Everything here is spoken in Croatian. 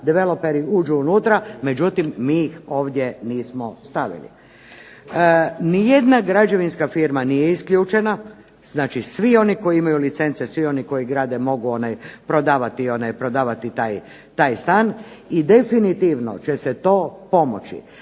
developeri uđu unutra, međutim mi ih ovdje nismo stavili. Nijedna građevinska firma nije isključena, znači svi oni koji imaju licence svi oni koji grade mogu prodavati taj stan. I definitivno će se to pomoći.